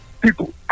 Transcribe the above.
people